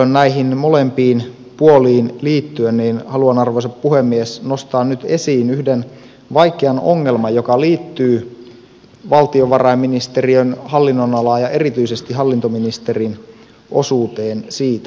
tämän yhtälön molempiin puoliin liittyen haluan arvoisa puhemies nostaa nyt esiin yhden vaikean ongelman joka liittyy valtiovarainministeriön hallinnonalaan ja erityisesti hallintoministerin osuuteen siitä